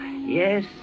Yes